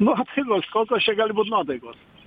nuotaikos kokios čia gali būt nuotaikos